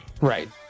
Right